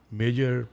major